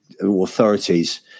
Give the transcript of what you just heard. authorities